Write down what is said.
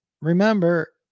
Remember